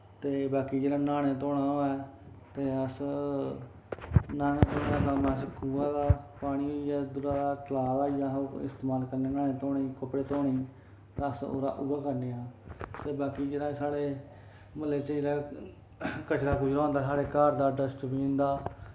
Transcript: ते बाकी जिसलै न्हाना धोना होऐ ते अस न्हानै धोने दा कम्म अस खूहा दा पानी होईया तलाऽ दा इस्तेमाल करने न्हाने धोनें कपड़े धोने अस ओह्दा उऐ करने आं ते बाकी जेह्ड़ा साढ़े म्हल्ले च जेह्का कचड़ा कुचड़ा होंदा साढ़े घर दा डस्टबिन दा